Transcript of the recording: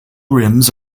rims